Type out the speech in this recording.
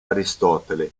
aristotele